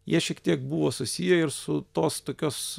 jie šiek tiek buvo susiję ir su tos tokios